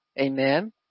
Amen